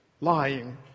lying